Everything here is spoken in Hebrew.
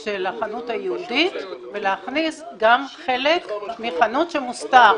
של החנות הייעודית ולהכניס גם חלק מחנות שמוסתר.